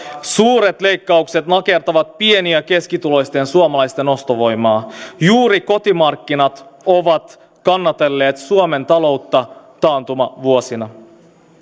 suuret leikkaukset nakertavat pieni ja keskituloisten suomalaisten ostovoimaa juuri kotimarkkinat ovat kannatelleet suomen taloutta taantumavuosina